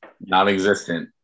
Non-existent